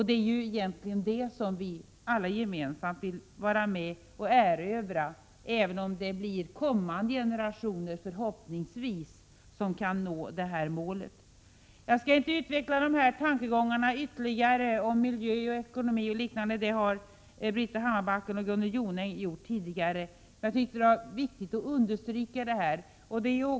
Det är egentligen det vi alla gemensamt vill vara med och åstadkomma, även om det blir först kommande generationer som, förhoppningsvis, kan nå målet. Jag skall inte utveckla dessa tankegångar om miljö, ekonomi osv. ytterligare. Britta Hammarbacken och Gunnel Jonäng har talat om detta tidigare. Men jag tyckte att det var viktigt att understryka dessa frågor.